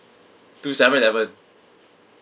to seven eleven